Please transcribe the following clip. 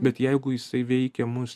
bet jeigu jisai veikia mus